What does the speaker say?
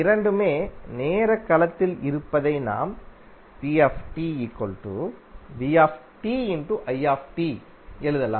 இரண்டுமே நேர களத்தில் இருப்பதைநாம் எழுதலாம்